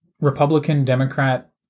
Republican-Democrat